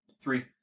Three